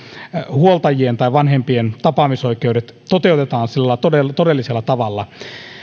huoltajien tai vanhempien tapaamisoikeudet toteutetaan sellaisella todellisella tavalla